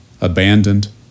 abandoned